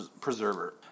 Preserver